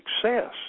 success